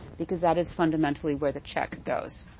because that is fundamentally where the check goes.